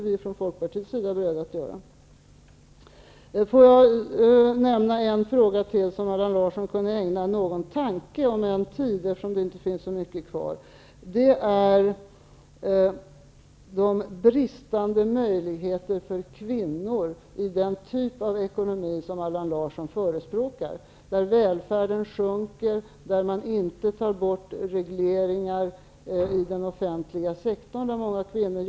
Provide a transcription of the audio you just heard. Vi i folkpartiet är inte beredda att göra det. En annan fråga som jag tycker att Allan Larsson kunde ägna åtminstone en tanke -- jag vet ju att tiden är knapp -- är de bristande möjligheterna för kvinnor i den typ av ekonomi som Allan Larsson förespråkar. I den sortens ekonomi minskar välfärden. Där tas inte regleringar bort inom den offentliga sektorn som sysselsätter många kvinnor.